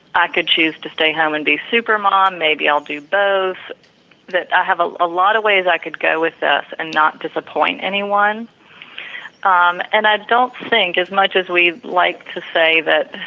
i could choose to stay home and be supermom, maybe i'll do both that i have a lot of ways i could go with that and not disappoint anyone um and, i don't think as much as we like to say that,